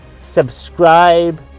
subscribe